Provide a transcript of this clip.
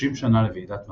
30 שנה לוועידת מדריד,